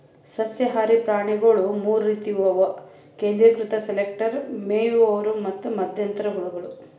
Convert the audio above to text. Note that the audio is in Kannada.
ಸಸ್ಯಹಾರಿ ಪ್ರಾಣಿಗೊಳ್ ಮೂರ್ ರೀತಿವು ಅವು ಕೇಂದ್ರೀಕೃತ ಸೆಲೆಕ್ಟರ್, ಮೇಯುವವರು ಮತ್ತ್ ಮಧ್ಯಂತರ ಹುಳಗಳು